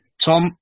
Tom